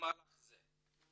ממהלך זה.